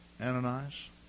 Ananias